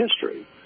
history